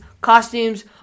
costumes